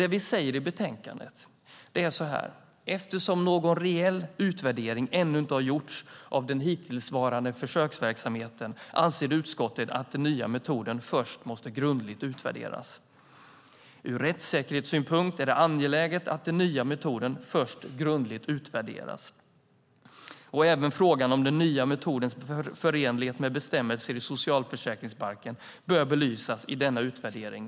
Det vi säger i betänkandet är detta: Eftersom någon reell utvärdering ännu inte har gjorts av den hittillsvarande försöksverksamheten anser utskottet att den nya metoden först måste grundligt utvärderas. Ur rättssäkerhetssynpunkt är det angeläget att den nya metoden först grundligt utvärderas. Även frågan om den nya metodens förenlighet med bestämmelser i socialförsäkringsbalken bör belysas i denna utvärdering.